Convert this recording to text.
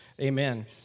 Amen